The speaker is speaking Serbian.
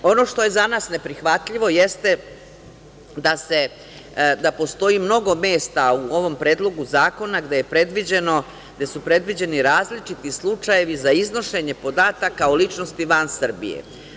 Ono što je za nas ne prihvatljivo, jeste da postoji mnogo mesta u ovom Predlogu zakona gde su predviđeni različiti slučajevi za iznošenje podataka o ličnostima Srbije.